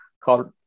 called